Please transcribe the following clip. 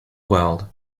world